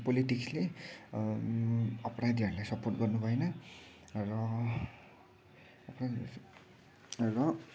पोलिटिक्सले अपराधीहरूलाई सपोर्ट गर्नु भएन र र